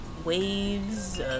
Waves